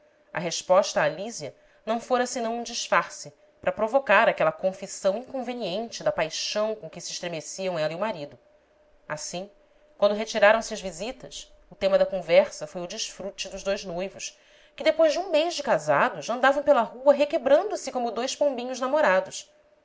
a resposta à lísia não fora senão um disfarce para provocar aquela confissão inconveniente da paixão com que se estremeciam ela e o marido assim quando retiraram-se as visitas o tema da conversa foi o desfrute dos dois noivos que depois de um mês de casados andavam pela rua requebrando-se como dois pombinhos namorados